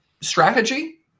strategy